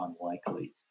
unlikely